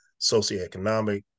socioeconomic